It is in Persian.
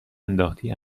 انداختی